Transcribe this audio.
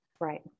Right